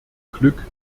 glück